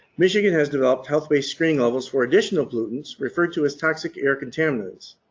michigan has developed health based screening levels for additional pollutants referred to as toxic air contaminants.